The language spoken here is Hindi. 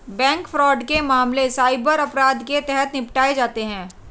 बैंक फ्रॉड के मामले साइबर अपराध के तहत निपटाए जाते हैं